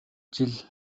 жил